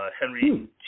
Henry